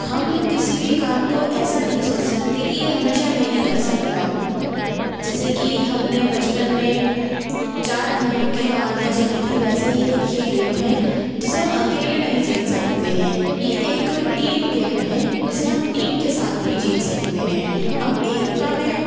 हम किसी भी काम को ऐसा नहीं सोच सकते की ये हमेशा मैं ही कर सकता हूँ जैसे कि हमने बचपन में चार भाईयों की कहानियाँ सुनी थी वैसे ही ये एक ये गेम है जिसे हम अकेले नहीं जीत सकते हैं ये एक टीम गेम है जिसे हम टीम के साथ ही जीत सकते हैं हम एकता में